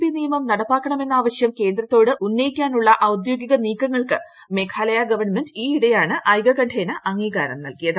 P നിയമം നടപ്പാക്കണമെന്ന ആവശ്യം കേന്ദ്രത്തോട് ഉന്നയിക്കാനുള്ള ഔദ്യോഗിക നീക്കങ്ങൾക്ക് മേഘാലയ ഗവൺമെന്റ് ഈയിടെയാണ് ഐകകണ്ഠ്യേന അംഗീകാരം നൽകിയത്